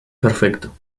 perfecto